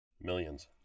Millions